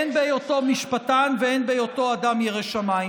הן בהיותו משפטן והן בהיותו אדם ירא שמיים.